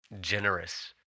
generous